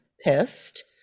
pissed